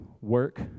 work